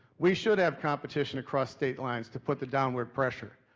we should have competition across state lines. to put the downward pressure.